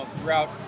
throughout